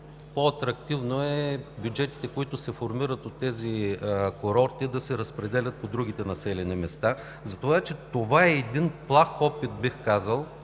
по-атрактивно бюджетите, които се формират от тези курорти, да се разпределят по другите населени места. Това е плах опит, бих казал,